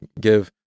give